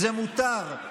זה מותר,